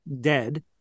dead